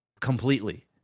completely